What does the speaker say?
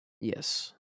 Yes